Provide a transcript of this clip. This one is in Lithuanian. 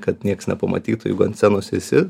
kad nieks nepamatytų jeigu ant scenos esi